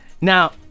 Now